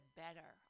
better